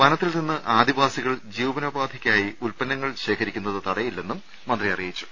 വന ത്തി ൽ നിന്ന് ആദി വാ സി കൾ ജീവനോപാധിക്കായി ഉത്പന്നങ്ങൾ ശേഖരിക്കുന്നത് തടയില്ലെന്നും മന്ത്രി അറിയിച്ചു